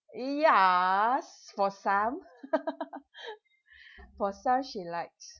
ya s~ for some for some she likes